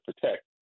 protect